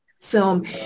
film